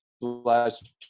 last